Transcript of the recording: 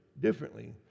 differently